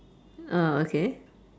oh okay